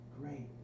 great